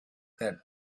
that